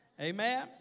Amen